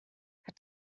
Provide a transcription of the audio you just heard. hat